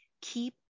keep